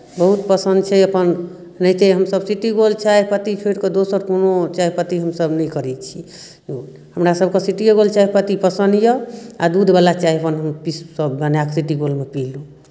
बहुत पसन्द छै अपन एनाहिते हमसभ सिटी गोल्ड चाहपत्ती छोड़ि कऽ दोसर कोनो चाहपत्ती हमसभ नहि करै छी यूज हमरासभके सिटीएगोल्ड चाहपत्ती पसन्द यए आ दूधवला चाह अपन हम पी सभ बनाए कऽ सिटी गोल्डमे पीलहुँ